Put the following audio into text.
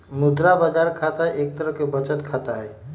मुद्रा बाजार खाता एक तरह के बचत खाता हई